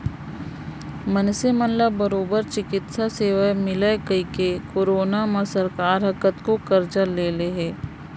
मनसे मन ला बरोबर चिकित्सा सेवा मिलय कहिके करोना म सरकार ह कतको करजा ले हे